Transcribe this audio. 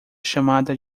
chamada